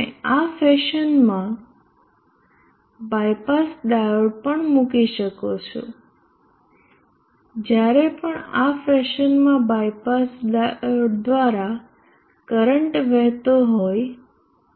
તમે આ ફેશનમાં બાયપાસ ડાયોડ પણ મૂકી શકો છો જ્યારે પણ આ ફેશનમાં બાયપાસ ડાયોડ દ્વારા કરંટ વહેતો હોય